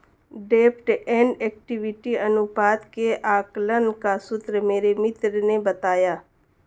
डेब्ट and equity अनुपात के आकलन का सूत्र मेरे मित्र ने बताया